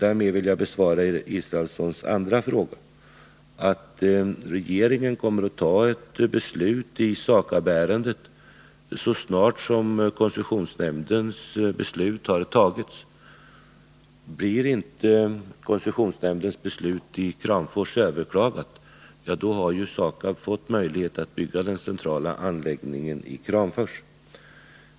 Därmed vill jag besvara Per Israelssons andra fråga: Regeringen kommer att fatta beslut i SAKAB-ärendet så snart koncessionsnämndens beslut är klart. Blir inte koncessionsnämndens beslut när det gäller placeringen i Kramfors överklagat, innebär det att SAKAB fått möjlighet att bygga den centrala anläggningen i Kramfors.